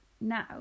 now